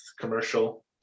commercial